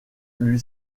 lui